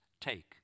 take